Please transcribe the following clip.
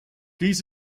dies